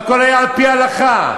והכול היה על-פי ההלכה,